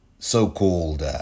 so-called